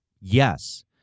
Yes